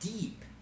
deep